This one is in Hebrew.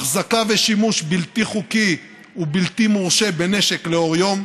אחזקה ושימוש בלתי חוקי ובלתי מורשה בנשק לאור יום,